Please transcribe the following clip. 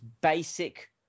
basic